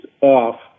off